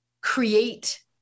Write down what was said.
create